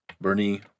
Bernie